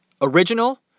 original